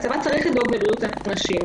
הצבא צריך לדאוג לבריאות הנשים,